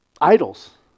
idols